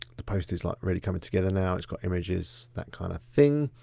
the post is like really coming together now. it's got images, that kinda thing.